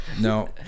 no